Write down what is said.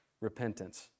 repentance